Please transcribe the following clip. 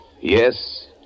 Yes